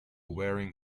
wearing